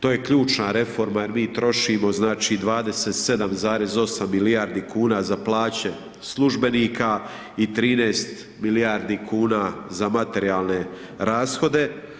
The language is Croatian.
To je ključna reforma, jer mi trošimo 27,8 milijardi kuna za plaće službenika i 13 milijardi kuna za materijalne rashode.